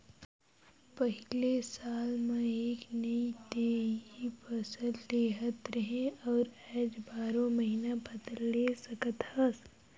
पहिले साल म एक नइ ते इ फसल लेहत रहें अउ आज बारो महिना फसल ले सकत हस